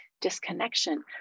disconnection